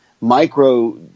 Micro